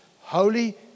holy